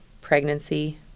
pregnancy